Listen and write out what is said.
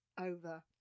over